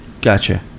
Gotcha